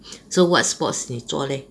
so what sports 你做 leh